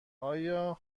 آیا